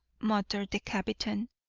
muttered the captain.